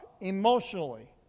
emotionally